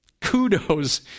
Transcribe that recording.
Kudos